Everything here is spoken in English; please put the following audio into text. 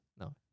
No